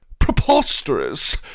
Preposterous